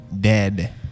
dead